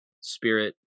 spirit